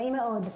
נעים מאוד,